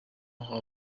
aho